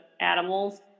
animals